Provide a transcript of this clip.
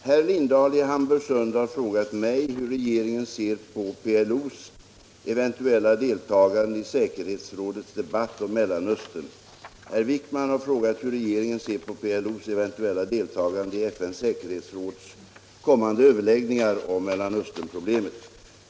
Herr talman! Herr Lindahl i Hamburgsund har frågat mig hur regeringen ser på PLO:s eventuella deltagande i säkerhetsrådets debatt om Mellanöstern. Herr Wijkman har frågat hur regeringen ser på PLO:s eventuella deltagande i FN:s säkerhetsråds kommande överläggningar om Mellanösternproblemet.